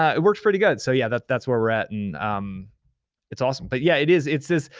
ah it works pretty good. so yeah, that's that's where we're at and um it's awesome, but yeah, it is, it's this.